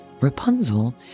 Rapunzel